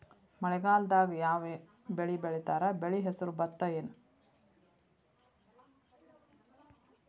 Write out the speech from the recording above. ಮಳೆಗಾಲದಾಗ್ ಯಾವ್ ಬೆಳಿ ಬೆಳಿತಾರ, ಬೆಳಿ ಹೆಸರು ಭತ್ತ ಏನ್?